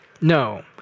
No